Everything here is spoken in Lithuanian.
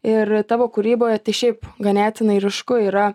ir tavo kūryboj tai šiaip ganėtinai ryšku yra